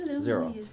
Zero